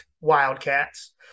Wildcats